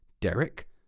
Derek